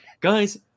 guys